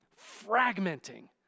fragmenting